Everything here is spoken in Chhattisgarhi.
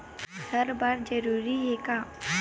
हर बार जरूरी हे का?